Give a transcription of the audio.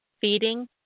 feeding